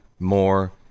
More